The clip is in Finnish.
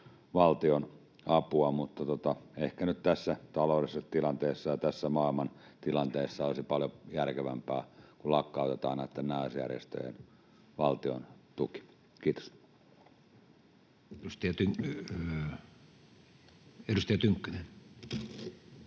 valtionapua, mutta ehkä nyt tässä taloudellisessa tilanteessa ja tässä maailmantilanteessa olisi paljon järkevämpää, kun lakkautetaan näitten naisjärjestöjen valtiontuki. — Kiitos. Edustaja Tynkkynen.